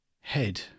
head